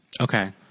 Okay